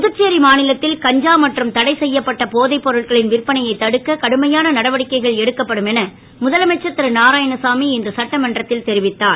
புதுச்சேரி மாநிலத்தில் கஞ்சா மற்றும் தடை செய்யப்பட்ட போதைப் பொருட்களின் விற்பனையை தடுக்க கடுமையான நடவடிக்கைகள் எடுக்கப்படும் என முதலமைச்சர் திருநாராயணசாமி இன்று சட்டமன்றத்தில் தெரிவித்தார்